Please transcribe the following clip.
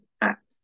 Act